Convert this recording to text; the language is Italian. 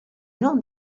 non